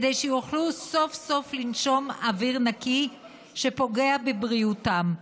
כדי שיוכלו סוף-סוף לנשום אוויר נקי שאינו פוגע בבריאותם.